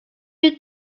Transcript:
you